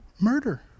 murder